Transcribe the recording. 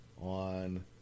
On